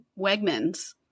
Wegmans